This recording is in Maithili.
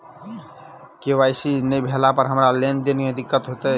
के.वाई.सी नै भेला पर हमरा लेन देन मे दिक्कत होइत?